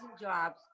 jobs